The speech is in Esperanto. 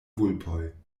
vulpoj